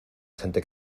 gente